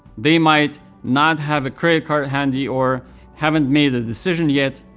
they might not have a credit card handy or haven't made a decision yet.